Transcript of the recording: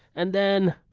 and then,